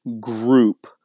group